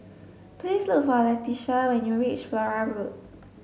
please look for Leitha when you reach Flora Road